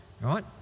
right